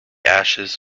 ashes